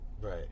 right